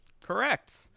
Correct